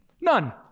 None